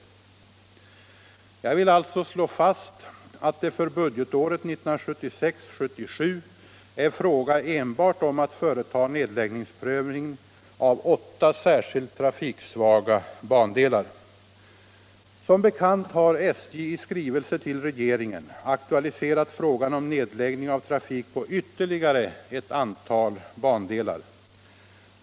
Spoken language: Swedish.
Jag vill alltså slå fast att det för budgetåret 1976/77 är fråga enbart om att företa nedläggningsprövning av åtta särskilt trafiksvaga bandelar. Som bekant har SJ i skrivelse till regeringen aktualiserat frågan om nedläggning av trafik på ytterligare ett antal bandelar.